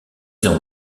ans